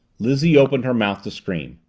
lizzie opened her mouth to scream.